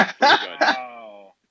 Wow